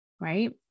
right